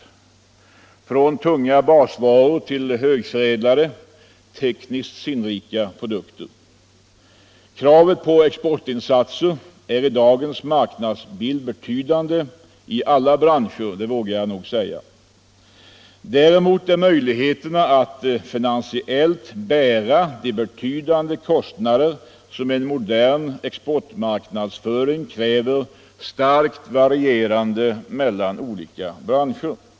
Den omfattar mycket, från tunga basvaror till högförädlade, tekniskt sinnrika produkter. Kravet på exportinsatser är i dagens marknadsbild betydande i alla branscher — det vågar jag säga. Däremot är möjligheterna att finansiellt bära de betydande kostnader som modern exportmarknadsföring kräver starkt varierande branscherna emellan.